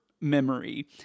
memory